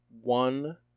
one